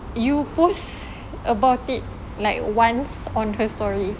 you post about it like once on her story